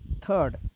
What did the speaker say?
Third